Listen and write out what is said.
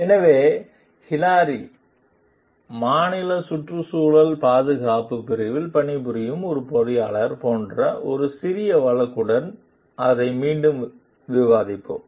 எனவே ஹிலாரி மாநில சுற்றுச்சூழல் பாதுகாப்பு பிரிவில் பணிபுரியும் ஒரு பொறியியலாளர் போன்ற ஒரு சிறிய வழக்குடன் அதை மீண்டும் விவாதிப்போம்